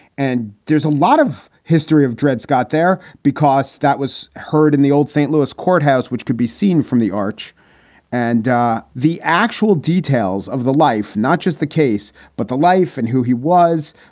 and there's a lot of history of dred scott there because that was heard in the old st. louis courthouse, which could be seen from the arch and the actual details of the life, not just the case, but the life and who he was.